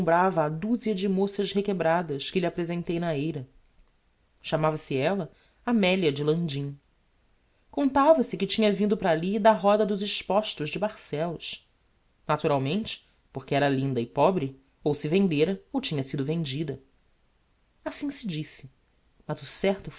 a duzia de moças requebradas que lhe apresentei na eira chamava-se ella amelia de landim contava-se que tinha vindo para alli da roda dos expostos de barcellos naturalmente porque era linda e pobre ou se vendera ou tinha sido vendida assim se disse mas o certo